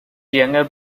younger